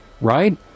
right